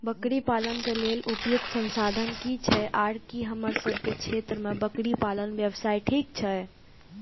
बकरी पालन के लेल उपयुक्त संसाधन की छै आर की हमर सब के क्षेत्र में बकरी पालन व्यवसाय ठीक छै?